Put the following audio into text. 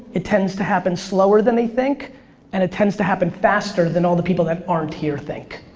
it tends to happen slower than they think and tends to happen faster than all the people that aren't here think.